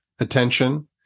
attention